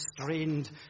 strained